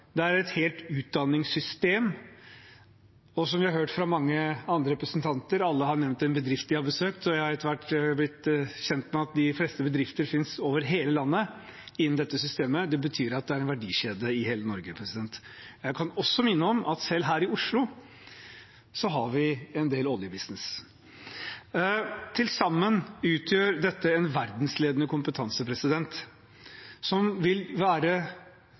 det er et helt utdanningssystem. Vi har hørt det fra mange andre representanter, alle har nevnt en bedrift de har besøkt, og jeg har etter hvert blitt kjent med at det finnes bedrifter innen dette systemet over hele landet. Det betyr at det er en verdikjede i hele Norge. Jeg kan også minne om at selv her i Oslo har vi en del oljebusiness. Til sammen utgjør dette en verdensledende kompetanse, som vil være